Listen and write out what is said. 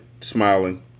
smiling